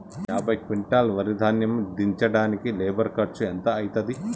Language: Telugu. యాభై క్వింటాల్ వరి ధాన్యము దించడానికి లేబర్ ఖర్చు ఎంత అయితది?